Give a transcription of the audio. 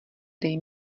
dej